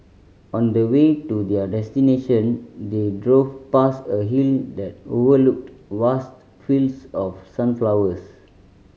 on the way to their destination they drove past a hill that overlooked vast fields of sunflowers